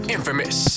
Infamous